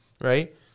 right